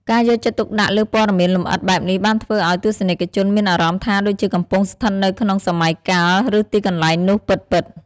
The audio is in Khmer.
ការយកចិត្តទុកដាក់លើព័ត៌មានលម្អិតបែបនេះបានធ្វើឱ្យ ទស្សនិកជនមានអារម្មណ៍ថាដូចជាកំពុងស្ថិតនៅក្នុងសម័យកាល ឬទីកន្លែងនោះពិតៗ។